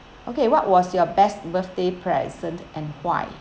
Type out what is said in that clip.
okay what was your best birthday present and why